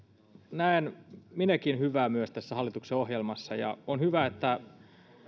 näen minäkin hyvää tässä hallituksen ohjelmassa ja on hyvä että